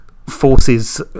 Forces